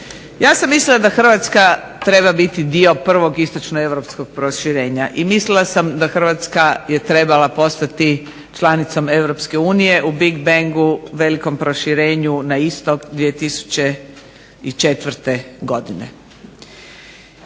Ja sam mislila da Hrvatska treba biti dio prvog istočnoeuropskog proširenja i mislila sam da Hrvatska je trebala postati članicom EU u big bangu velikom proširenju na istok 2004. godine.